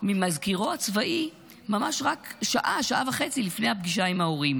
ממזכירו הצבאי ממש רק שעה-שעה וחצי לפני הפגישה עם ההורים.